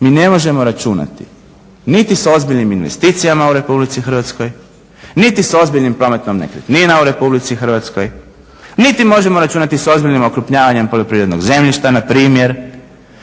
mi ne možemo računati niti s ozbiljnim investicijama u RH, niti s ozbiljnim prometom nekretnina u RH, niti možemo računati s ozbiljnim okrupnjavanjem poljoprivrednog zemljišta npr.